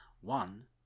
One